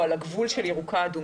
או על הגבול של מדינה ירוקה-אדומה,